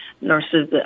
nurses